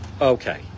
Okay